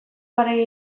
garaia